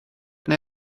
neu